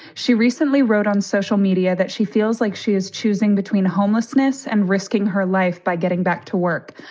she recently wrote on social media that she feels like she is choosing between homelessness and risking her life by getting back to work.